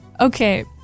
okay